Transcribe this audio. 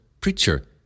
preacher